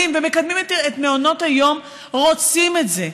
ושמקדמים את מעונות היום רוצים את זה.